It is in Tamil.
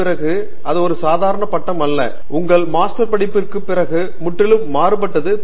பிறகு அது ஒரு சாதாரண பட்டம் அல்ல உங்கள் மாஸ்டர் படிப்பிற்குப் பிறகு முற்றிலும் மாறுபட்டது PhD ஆகும்